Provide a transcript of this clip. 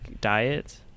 diet